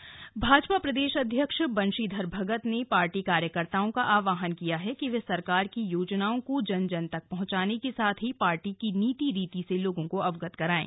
बंशीधर भगत टिहरी भाजपा प्रदेश अध्यक्ष बंशीधर भगत ने पार्टी कार्यकर्ताओं का आह्वान किया कि वे सरकार की योजनाओं को जन जन तक पहुंचाने के साथ ही पार्टी की नीति रीती से लोगों को अवगत कराएं